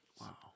Wow